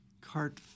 Cart